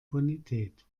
bonität